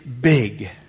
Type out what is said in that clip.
big